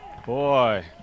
Boy